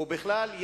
ובכלל,